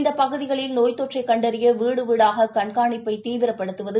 இந்தபகுதிகளில் நோய்த்தொற்றைகண்டறியவீடுவீடாககண்காணிப்பைதீவிரப்படுத்துவது